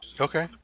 okay